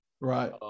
Right